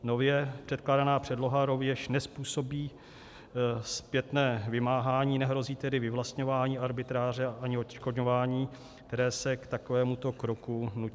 Nově předkládaná předloha rovněž nezpůsobí zpětné vymáhání, nehrozí tedy vyvlastňování, arbitráže ani odškodňování, které se k takovémuto kroku nutně vážou.